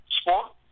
sport